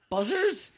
Buzzers